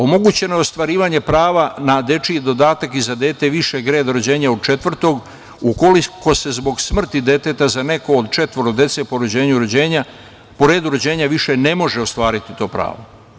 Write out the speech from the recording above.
Omogućeno je ostvarivanje prava na dečiji dodatak i za dete višeg reda rođena od četvrtog ukoliko se zbog smrti deteta za neko od četvoro dece po redu rođenja više ne može ostvariti to pravo.